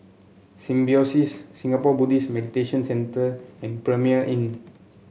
Symbiosis Singapore Buddhist Meditation Centre and Premier Inn